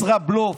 ישראבלוף.